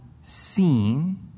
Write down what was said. seen